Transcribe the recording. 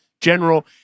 general